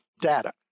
data